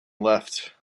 left